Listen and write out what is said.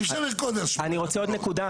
לא,